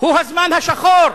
הוא הזמן השחור.